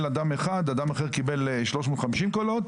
אדם אחר קיבל 350 קולות.